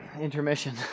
intermission